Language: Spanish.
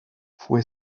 fue